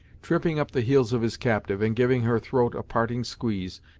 tripping up the heels of his captive, and giving her throat a parting squeeze,